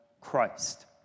Christ